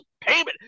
payment